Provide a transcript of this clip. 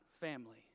family